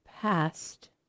past